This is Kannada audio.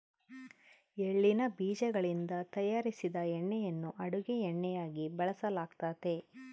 ಎಳ್ಳಿನ ಬೀಜಗಳಿಂದ ತಯಾರಿಸಿದ ಎಣ್ಣೆಯನ್ನು ಅಡುಗೆ ಎಣ್ಣೆಯಾಗಿ ಬಳಸಲಾಗ್ತತೆ